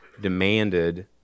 demanded